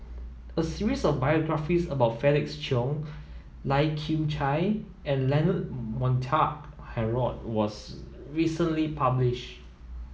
a series of biographies about Felix Cheong Lai Kew Chai and Leonard Montague Harrod was recently publish